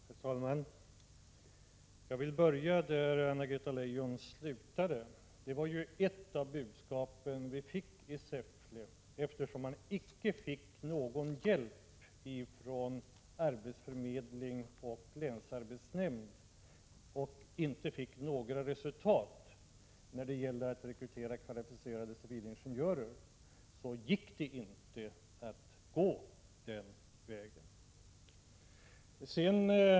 Herr talman! Jag vill börja där Anna-Greta Leijon slutade. Det var ju ett av budskapen vi fick i Säffle, eftersom man icke fick någon hjälp från arbetsförmedling och länsarbetsnämnd och inte uppnådde några resultat. När det gällde att rekrytera kvalificerade civilingenjörer var det inte möjligt att gå den vägen.